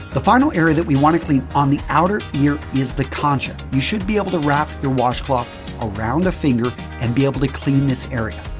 the final area that we want to clean on the outer ear is the concha. you should be able to wrap your washcloth around the finger and be able to clean this area.